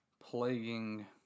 plaguing